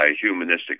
humanistic